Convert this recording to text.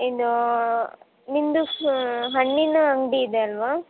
ಇದು ನಿಮ್ದು ಹಣ್ಣಿನ ಅಂಗಡಿ ಇದೆ ಅಲ್ವಾ